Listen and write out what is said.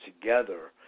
together